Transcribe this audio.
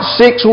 six